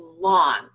long